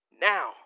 now